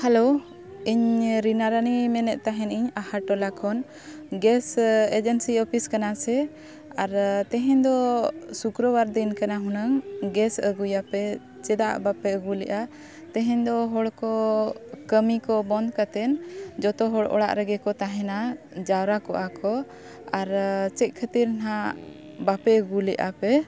hello ᱤᱧ ᱨᱤᱱᱟ ᱨᱟᱱᱤ ᱢᱮᱱᱮᱫ ᱛᱟᱦᱮᱱᱤᱧ ᱟᱦᱟ ᱴᱚᱞᱟ ᱠᱷᱚᱱ ᱜᱮᱥ ᱮᱡᱮᱱᱥᱤ ᱚᱯᱷᱤᱥ ᱠᱟᱱᱟ ᱥᱮ ᱟᱨ ᱛᱮᱦᱮᱧ ᱫᱚ ᱥᱩᱠᱨᱚᱵᱟᱨ ᱫᱤᱱ ᱠᱟᱱᱟ ᱦᱩᱱᱟᱹᱝ ᱜᱮᱥ ᱟᱹᱜᱩᱭᱟᱯᱮ ᱪᱮᱫᱟᱜ ᱵᱟᱯᱮ ᱟᱹᱜᱩ ᱞᱮᱜᱼᱟ ᱛᱮᱦᱮᱧ ᱫᱚ ᱦᱚᱲ ᱠᱚ ᱠᱟᱹᱢᱤ ᱠᱚ ᱵᱚᱱᱫᱷ ᱠᱟᱛᱮᱱ ᱡᱚᱛᱚᱦᱚᱲ ᱚᱲᱟᱜ ᱨᱮᱜᱮ ᱠᱚ ᱛᱟᱦᱮᱱᱟ ᱡᱟᱣᱨᱟ ᱠᱚᱜᱼᱟᱠᱚ ᱟᱨ ᱪᱮᱫ ᱠᱷᱟᱹᱛᱤᱨ ᱦᱟᱸᱜ ᱵᱟᱯᱮ ᱟᱹᱜᱩ ᱞᱮᱜᱼᱟᱯᱮ